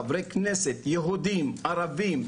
חברי כנסת יהודים וערבים,